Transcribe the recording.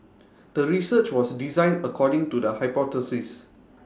the research was designed according to the hypothesis